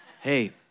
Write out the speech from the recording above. Hey